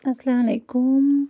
اَلسلا علیکُم